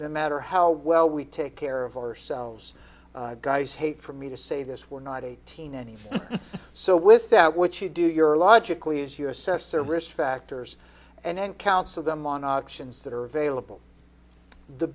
no matter how well we take care of ourselves guys hate for me to say this we're not eighteen any so with that what you do your logically is you assess their risk factors and counsel them on options that are available the